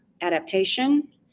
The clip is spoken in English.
adaptation